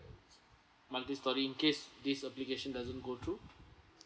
multi storey in case this application doesn't go through